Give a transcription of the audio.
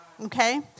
Okay